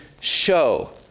show